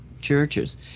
churches